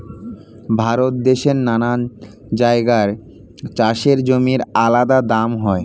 ভারত দেশের নানা জায়গায় চাষের জমির আলাদা দাম হয়